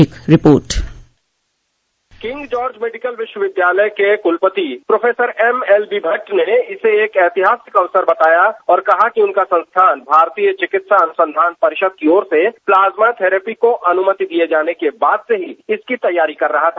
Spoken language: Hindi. एक रिपोर्ट किंग जॉर्ज मेडिकल विश्वविद्यालय के कुलपति प्रो एमएलबी भट्ट ने इसे एक एहतियात के तौर पर बताया और कहा कि उनका संस्थान कि भारतीय चिकित्सा अनुसंधान परिषद की ओर से प्लाज्मा थैरेपी को अनुमति दिए जाने के बाद से ही इसकी तैयारी कर रहा था